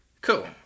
Cool